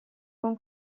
con